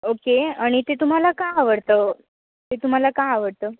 okay आणि ते तुम्हाला का आवडतं ते तुम्हाला का आवडतं